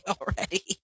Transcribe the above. already